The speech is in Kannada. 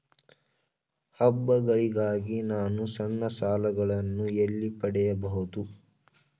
ಹಬ್ಬಗಳಿಗಾಗಿ ನಾನು ಸಣ್ಣ ಸಾಲಗಳನ್ನು ಎಲ್ಲಿ ಪಡೆಯಬಹುದು?